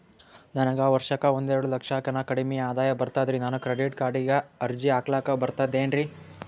ನನಗ ವರ್ಷಕ್ಕ ಒಂದೆರಡು ಲಕ್ಷಕ್ಕನ ಕಡಿಮಿ ಆದಾಯ ಬರ್ತದ್ರಿ ನಾನು ಕ್ರೆಡಿಟ್ ಕಾರ್ಡೀಗ ಅರ್ಜಿ ಹಾಕ್ಲಕ ಬರ್ತದೇನ್ರಿ?